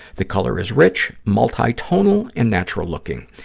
the color is rich, multi-tonal and natural-looking.